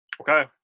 Okay